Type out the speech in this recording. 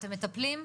ואתם מטפלים?